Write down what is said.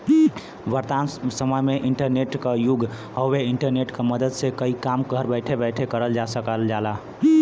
वर्तमान समय इंटरनेट क युग हउवे इंटरनेट क मदद से कई काम घर बैठे बैठे करल जा सकल जाला